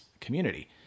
community